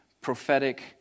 prophetic